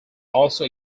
also